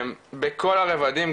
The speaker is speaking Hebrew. בכל הרבדים,